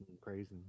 crazy